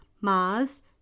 Mars